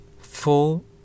full